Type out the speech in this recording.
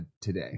today